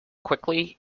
quickly